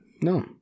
No